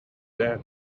then